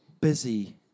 busy